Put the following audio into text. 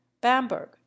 Bamberg